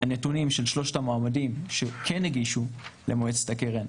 הנתונים של שלושת המועמדים שכן הגישו למועצת הקרן,